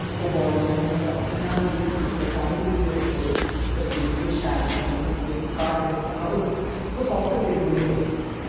ओह् बॉल जेह्ड़ा इयां पत्थर जन होईये ओह् में चासनी च डबोए ते बिल्कुल शैल नी बने बेकार टेस्ट हा और ओह् साफ्ट ते बिल्कुल नी होए